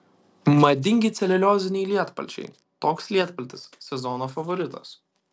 madingi celiulioziniai lietpalčiai toks lietpaltis sezono favoritas